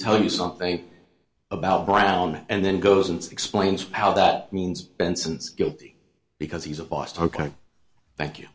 tell you something about brown and then goes and explains how that means benson's guilty because he's a boston ok thank you